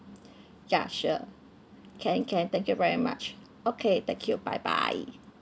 ya sure can can thank you very much okay thank you bye bye